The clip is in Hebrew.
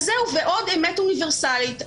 ועוד אמת אוניברסלית,